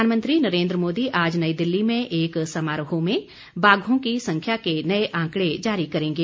प्रधानमंत्री नरेंद्र मोदी आज नई दिल्ली में एक समारोह में बाघों की संख्या के नए आंकड़े जारी करेंगे